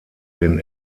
den